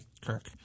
Kirk